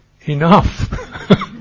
enough